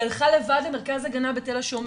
היא הלכה לבד למרכז הגנה בתל השומר